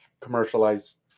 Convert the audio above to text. commercialized